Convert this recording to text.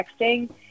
texting